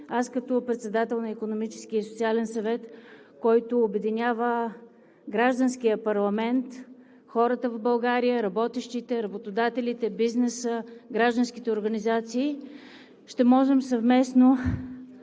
и социален съвет, който обединява гражданския парламент, хората в България – работещите, работодателите, бизнеса, гражданските организации, ще можем съвместно